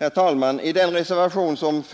I den första reservationen